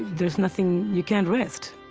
there's nothing you can't rest